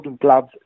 gloves